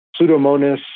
Pseudomonas